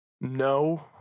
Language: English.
No